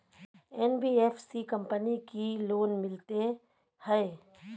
NBFC company की loan मिलते है?